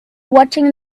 watching